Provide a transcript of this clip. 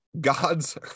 god's